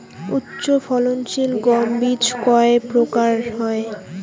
উচ্চ ফলন সিল গম বীজ কয় প্রকার হয়?